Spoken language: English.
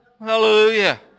Hallelujah